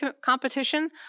competition